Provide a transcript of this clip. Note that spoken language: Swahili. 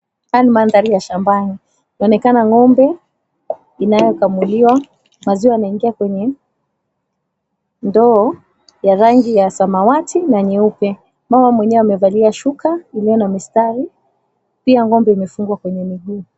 Haya ni mandhari ya shambani yaonekana ng'ombe inayokamuliwa maziwa yameingia kwenye ndoo ya rangi ya samawati na nyeupe. Mama mwenyewe amevalia shuka iliyo na mistari, pia ng'ombe imefungwa kwenye miguu.